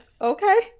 okay